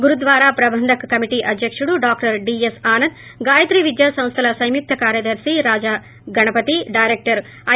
gurdwara Prabandhak committee అధ్యకుడు doctor D S Anand Gayatri Vidya సంస్దల సంయుక్త కార్యదర్శి రాజా గణపతి డైరెక్టర్ ఐ